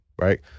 Right